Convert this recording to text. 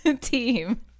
team